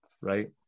right